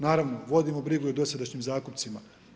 Naravno vodimo brigu i dosadašnjim zakupcima.